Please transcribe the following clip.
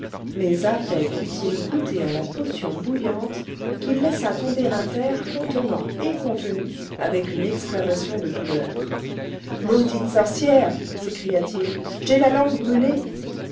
mais à peine eut-il goûté à la potion bouillante qu'il laissa tomber à terre contenant et contenu avec une exclamation de douleur maudite sorcière s'écria-t-il j'ai la langue brûlée